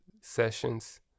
sessions